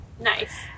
nice